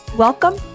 Welcome